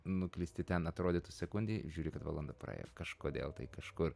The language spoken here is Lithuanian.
nuklysti ten atrodytų sekundei žiūri kad valanda praėjo kažkodėl tai kažkur